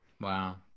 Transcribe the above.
wow